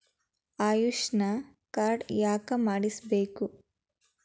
Ayushman card ಯಾಕೆ ಮಾಡಿಸಬೇಕು?